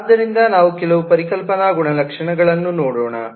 ಆದ್ದರಿಂದ ನಾವು ಕೆಲವು ಪರಿಕಲ್ಪನಾ ಗುಣಲಕ್ಷಣಗಳನ್ನು ನೋಡೋಣ